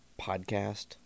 podcast